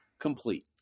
complete